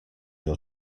your